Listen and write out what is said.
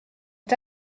est